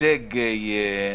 שלום רב ותודה רבה.